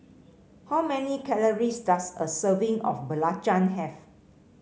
how many calories does a serving of belacan have